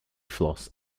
floss